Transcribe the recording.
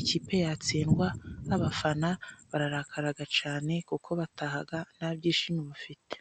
ikipe yatsindwa n'abafana bararakara cyane, kuko bataha nta byishimo bafite.